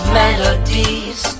melodies